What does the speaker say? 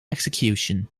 execution